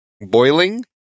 boiling